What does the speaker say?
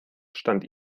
stand